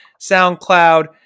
SoundCloud